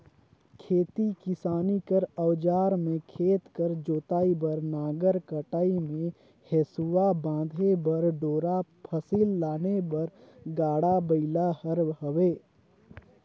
खेती किसानी कर अउजार मे खेत कर जोतई बर नांगर, कटई मे हेसुवा, बांधे बर डोरा, फसिल लाने बर गाड़ा बइला हर हवे